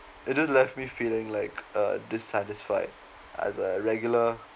it did left me feeling like uh dissatisfied as a regular